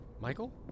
Michael